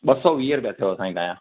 ॿ सौ वीह रुपिया थियव साईं तव्हांजा